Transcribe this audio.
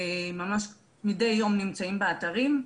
ממש מדי יום נמצאים באתרים.